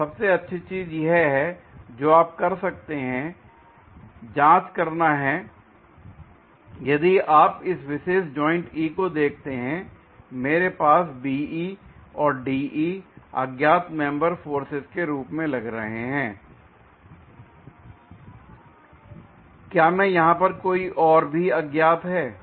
तो सबसे अच्छी चीज है जो आप कर सकते हैं जांच करना है यदि आप इस विशेष जॉइंट E को देखते हैं मेरे पास BE और DE अज्ञात मेंबर फोर्सेज के रूप में लग रहे हैं l क्या यहां पर कोई और भी अज्ञात है